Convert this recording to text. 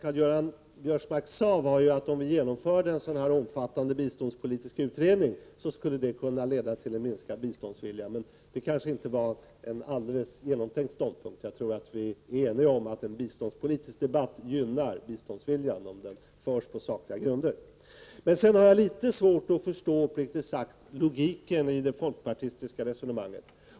Herr talman! Vad Karl-Göran Biörsmark sade var att en sådan här omfattande biståndspolitisk utredning skulle kunna leda till en minskad biståndsvilja. Men det var kanske inte riktigt genomtänkt. Jag tror att vi är eniga om att en biståndspolitisk debatt som förs på sakliga grunder främjar biståndsviljan. Men sedan har jag, uppriktigt sagt, litet svårt att förstå logiken i det folkpartistiska resonemanget.